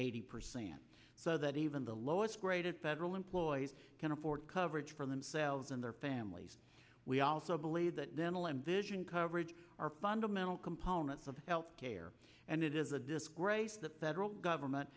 eighty percent so that even the lowest rated federal employees can afford coverage for themselves and their families we also believe that dental and vision coverage are fundamental components of health care and it is a disgrace the federal government